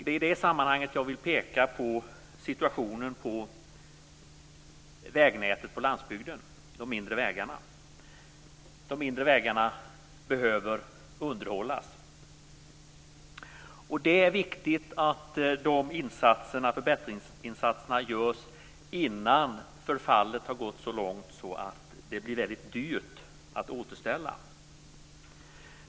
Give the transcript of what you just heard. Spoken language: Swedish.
I det sammanhanget vill jag peka på situationen när det gäller vägnätet på landsbygden, alltså de mindre vägarna. Dessa behöver underhållas. Det är viktigt att de förbättringsinsatserna görs innan förfallet har gått så långt att det blir väldigt dyrt att återställa.